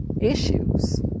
Issues